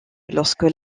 lorsque